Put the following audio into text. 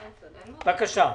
בבקשה.